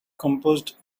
composed